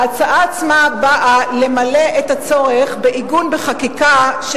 ההצעה באה למלא את הצורך בעיגון בחקיקה של